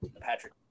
Patrick